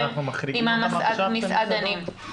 אנחנו מחריגים עכשיו את המסעדות?